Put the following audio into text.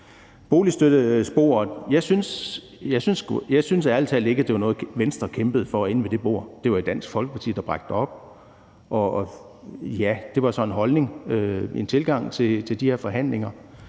Boligstøttesporet synes jeg ærlig talt ikke var noget, Venstre kæmpede for inde ved det bord. Det var Dansk Folkeparti, der bragte det op, og ja, det var så en holdning, en tilgang til de her forhandlinger,